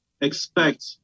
expect